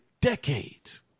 decades